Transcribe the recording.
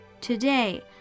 Today